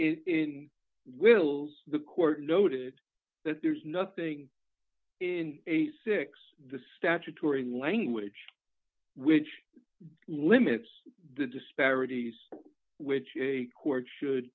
in wills the court noted that there's nothing in a six the statutory language which limits the disparities which a court should